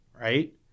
right